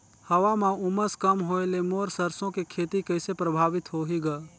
हवा म उमस कम होए ले मोर सरसो के खेती कइसे प्रभावित होही ग?